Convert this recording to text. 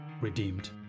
redeemed